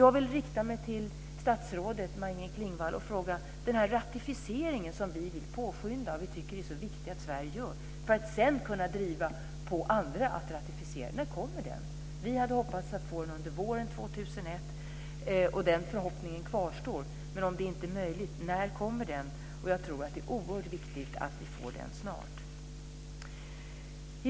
Jag vill rikta mig till statsrådet Maj-Inger Klingvall. Den ratificering som vi vill påskynda och som vi tycker är så viktig att Sverige gör för att sedan kunna driva på andra att ratificera, när kommer den? Vi hade hoppats att få den under våren 2001, och den förhoppningen kvarstår. Men om det inte är möjligt, när kommer den? Jag tror att det är oerhört viktigt att vi får den snart.